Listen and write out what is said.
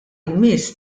jmiss